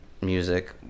music